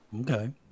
Okay